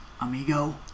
amigo